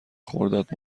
خرداد